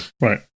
Right